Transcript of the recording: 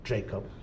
Jacob